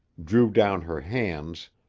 drew down her hands,